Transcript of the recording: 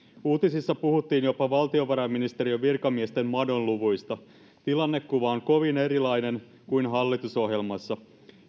uutisissa puhuttiin jopa valtiovarainministeriön virkamiesten madonluvuista tilannekuva on kovin erilainen kuin hallitusohjelmassa